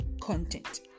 content